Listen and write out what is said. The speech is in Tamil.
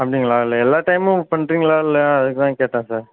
அப்படிங்களா இல்லை எல்லா டைமும் பண்ணுறிங்களா இல்லை அதற்கு தான் கேட்டேன் சார்